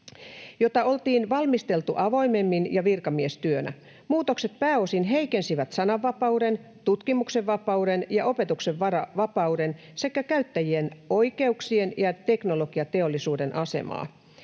”jota oltiin valmisteltu avoimemmin ja virkamiestyönä. Muutokset pääosin heikensivät sananvapauden, tutkimuksen vapauden ja opetuksen vapauden sekä käyttäjien oikeuksien ja teknologiateollisuuden asemaa.